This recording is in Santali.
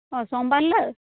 ᱚᱻ ᱥᱚᱢᱵᱟᱨ ᱦᱤᱞᱳᱜ